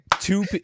two